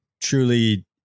truly